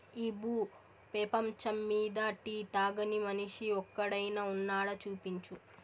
ఈ భూ పేపంచమ్మీద టీ తాగని మనిషి ఒక్కడైనా వున్నాడా, చూపించు